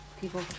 people